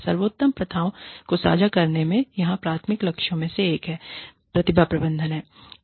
सर्वोत्तम प्रथाओं को साझा करने में यहाँ प्राथमिक लक्ष्यों में से एक प्रतिभा प्रबंधन है